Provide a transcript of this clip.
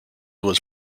was